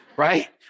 Right